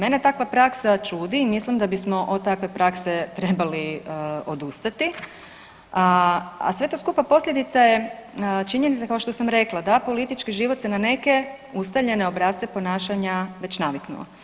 Mene takva praksa čudi, mislim da bismo od takve prakse trebali odustati, a sve to skupa posljedica je činjenica kao što sam rekla da politički život se na neke ustaljene obrasce ponašanja već naviknuo.